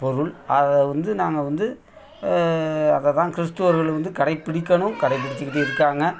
பொருள் அதை வந்து நாங்கள் வந்து அதை தான் கிறிஸ்துவர்கள் வந்து கடைபிடிக்கணும் கடைபிடிச்சுக்கிட்டு இருக்காங்க